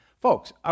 Folks